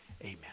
amen